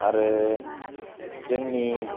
आरो जोंनि